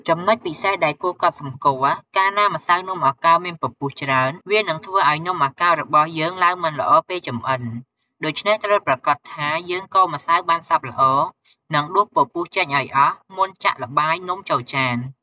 ចំណុចពិសេសដែលគួរកត់សម្គាល់ កាលណាម្សៅនំអាកោរមានពពុះច្រើន វានឹងធ្វើឲ្យនំអាកោររបស់យើងឡើងមិនល្អពេលចម្អិន ដូច្នេះ ត្រូវប្រាកដថា យើងកូរម្សៅបានសព្វល្អ និងដួសពពុះចេញឱ្យអស់មុនចាក់ល្បាយនំចូលចាន។